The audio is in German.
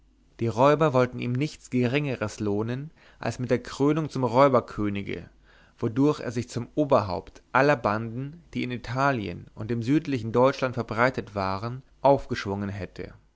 die räuber wollten ihn mit nichts geringerem lohnen als mit der krönung zum räuberkönige wodurch er sich zum oberhaupt aller banden die in italien und dem südlichen deutschland verbreitet waren aufgeschwungen hätte